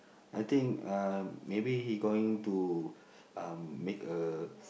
I think uh maybe he going to um make a